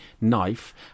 knife